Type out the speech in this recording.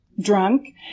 drunk